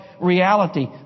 reality